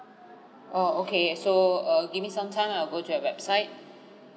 oh okay so uh give me some time I'll go to that website